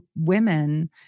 women